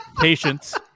Patience